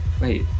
wait